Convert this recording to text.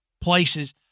places